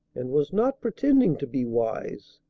and was not pretending to be wise,